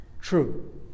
true